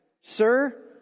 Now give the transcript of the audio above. sir